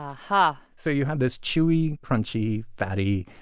um ah so you have this chewy, crunchy, fatty,